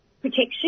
protection